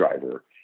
driver